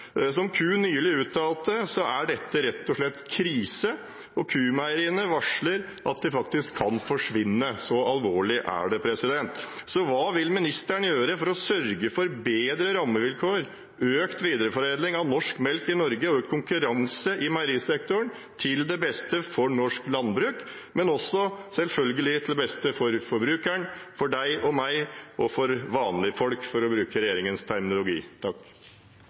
Som Q-Meieriene nylig uttalte, er dette rett og slett krise, og Q-Meieriene varsler at de faktisk kan forsvinne. Så alvorlig er det. Hva vil ministeren gjøre for å sørge for bedre rammevilkår, økt videreforedling av norsk melk i Norge og økt konkurranse i meierisektoren – til beste for norsk landbruk og også, selvfølgelig, til beste for forbrukeren, for deg og meg og for vanlige folk, for å bruke regjeringens terminologi? Takk